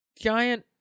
giant